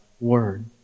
Word